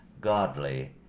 godly